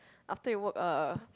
after you work a